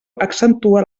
accentua